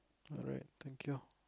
alright thank you